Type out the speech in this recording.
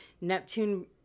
Neptune